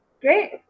Great